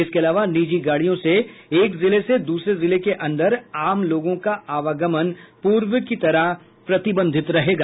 इसके अलावा निजी गाड़ियों से एक जिले से द्रसरे जिले के अंदर आम लोगों का आवागमन पूर्व की तरह प्रतिबंधित रहेगा